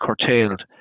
curtailed